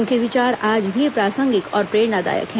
उनके विचार आज भी प्रासंगिक और प्रेरणादायक हैं